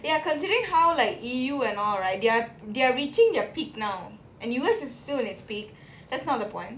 ya considering how like E_U and all right they're they're reaching their peak now and U_S is still its peak that's not the point